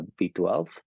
B12